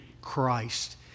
Christ